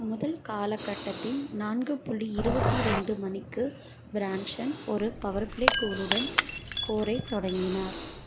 முதல் காலகட்டத்தின் நான்கு புள்ளி இருபத்தி ரெண்டு மணிக்கு ஃப்ரான்சன் ஒரு பவர் பிளே கோலுடன் ஸ்கோரைத் தொடங்கினார்